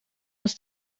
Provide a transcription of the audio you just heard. aus